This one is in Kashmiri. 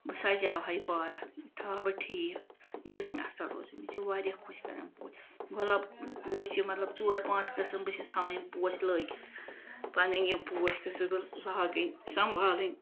بہٕ سجاوہا یہِ پارک یہِ تھاوہا بہٕ ٹھیٖک یہِ گٔژھ مےٚ اصل روزُن مےٚ چھِ واریاہ خۄش کَران پوش گۄلاب پوش چھِ مطلب ژور پانژھ قٕسم بہٕ چھس تھاوان یِم پوش لٲگِتھ پَنٕنۍ یِم پوش گٔژھٕس بہٕ لاگٕنۍ سمبالٕنۍ